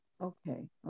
Okay